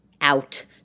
out